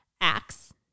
acts